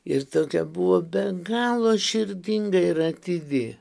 ir tokia buvo be galo širdinga ir atidi